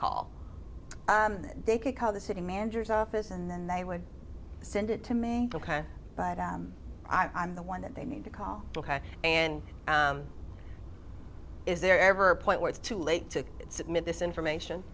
call they could call the city manager's office and then they would send it to me but i'm the one that they need to call ok and is there ever a point where it's too late to submit this information